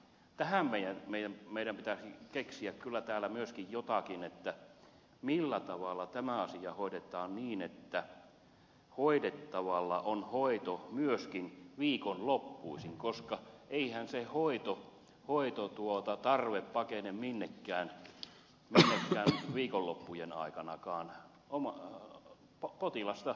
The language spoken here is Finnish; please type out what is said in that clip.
tähän meidän pitäisi nyt keksiä kyllä täällä myöskin jotakin millä tavalla tämä asia hoidetaan niin että hoidettavalla on hoito myöskin viikonloppuisin koska eihän se hoitotarve pakene minnekään viikonloppujen aikanakaan